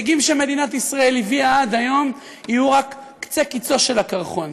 כדי שההישגים שמדינת ישראל הביאה עד היום יהיו רק קצה-קצהו של הקרחון.